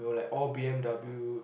know like all B_M_W